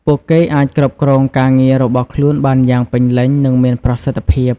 ពួកគេអាចគ្រប់គ្រងការងាររបស់ខ្លួនបានយ៉ាងពេញលេញ និងមានប្រសិទ្ធភាព។